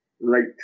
late